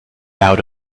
out